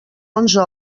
onze